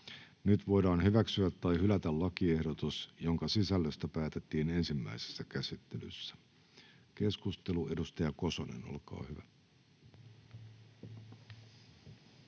Nyt voidaan hyväksyä tai hylätä lakiehdotus, jonka sisällöstä päätettiin ensimmäisessä käsittelyssä. — Keskustelu, edustaja Kosonen, olkaa hyvä.